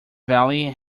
valley